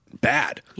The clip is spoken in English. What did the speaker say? bad